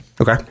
Okay